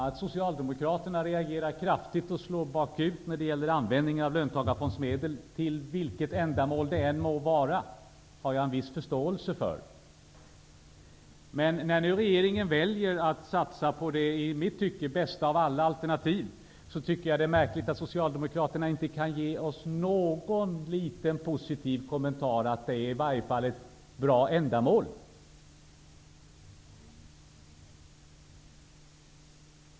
Att Socialdemokraterna reagerar kraftigt och slår bakut när det gäller användning av löntagarfondsmedel, till vilket ändamål det än må vara, har jag en viss förståelse för. Men när nu regeringen väljer att satsa på det i mitt tycke bästa av alla alternativ tycker jag att det är märkligt att Socialdemokraterna inte kan ge oss någon liten positiv kommentar om att det i varje fall är ett bra ändamål.